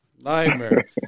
Nightmare